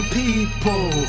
people